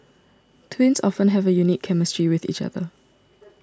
twins often have a unique chemistry with each other